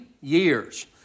Years